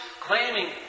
claiming